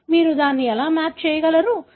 కాబట్టి మీరు దీన్ని ఎలా మ్యాప్ చేయగలరు